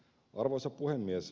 arvoisa puhemies